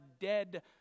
dead